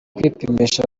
kwipimisha